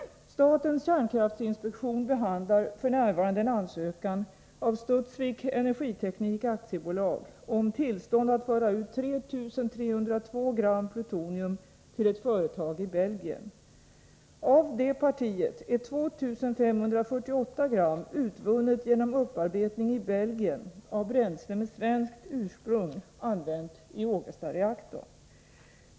Statens kärnkraftinspektion behandlar f. n. en ansökan av Studsvik Energiteknik AB om tillstånd att föra ut 3 302 g plutonium till ett företag i Belgien. Av partiet är 2548 g utvunnet genom upparbetning i Belgien av bränsle med svenskt ursprung, använt i Ågestareaktorn.